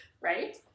right